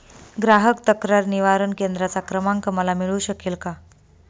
ग्राहक तक्रार निवारण केंद्राचा क्रमांक मला मिळू शकेल का?